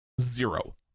zero